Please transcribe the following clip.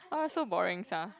all so boring sia